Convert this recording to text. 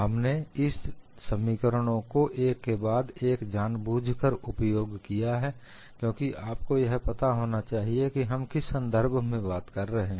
हमने इन समीकरणों को एक के बाद एक जानबूझकर उपयोग किया है क्योंकि आपको यह पता होना चाहिए कि हम किस संदर्भ में बात कर रहे हैं